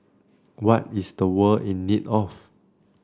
what is the world in need of